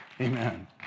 Amen